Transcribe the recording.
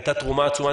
הייתה תרומה עצומה.